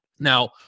Now